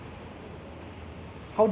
nearly every uh